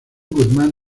guzmán